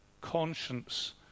conscience